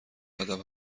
ادب